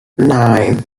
nine